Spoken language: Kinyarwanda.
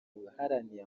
waharaniye